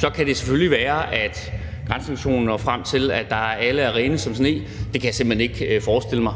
Så kan det selvfølgelig være, at granskningskommissionen når frem til, at alle er rene som sne – det kan jeg simpelt hen ikke forestille mig